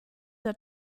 der